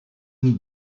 and